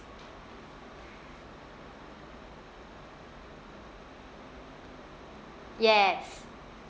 yes